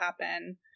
happen